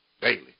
daily